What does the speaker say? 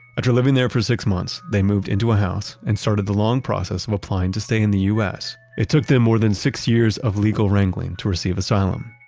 after living there for six months, they moved into a house and started the long process of applying to stay in the u s. it took them more than six years of legal wrangling to receive asylum.